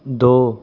ਦੋ